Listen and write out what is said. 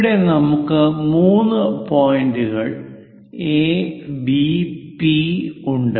ഇവിടെ നമുക്ക് മൂന്ന് പോയിന്റുകൾ A P B A P B ഉണ്ട്